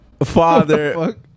Father